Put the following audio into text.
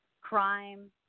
crime